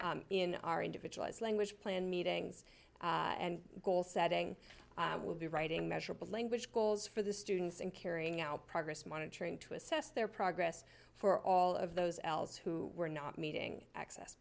parents in our individualized language plan meetings and goal setting will be writing measurable language goals for the students in carrying out progress monitoring to assess their progress for all of those else who were not meeting access